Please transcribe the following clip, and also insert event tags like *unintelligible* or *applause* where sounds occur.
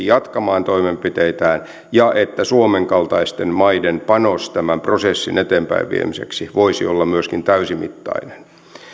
*unintelligible* jatkamaan toimenpiteitään ja että suomen kaltaisten maiden panos tämän prosessin eteenpäinviemiseksi voisi olla myöskin täysimittainen minä